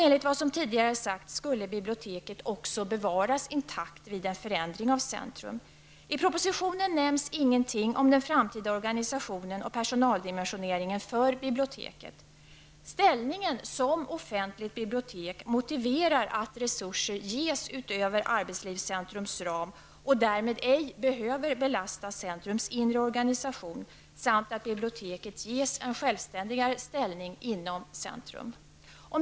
Enligt vad som tidigare har sagts skulle biblioteket bevaras intakt vid en förändring av arbetslivscentrum. I propositionen nämns ingenting om den framtida organisationen och personaldimensioneringen för biblioteket. Ställningen som offentligt bibliotek motiverar att resurser ges utöver arbetslivscentrums ram så att biblioteket därmed ej behöver belasta arbetstivscentrums inre organisation samt att biblioteket ges en självständigare ställning inom arbetslivscentrum.